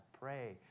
pray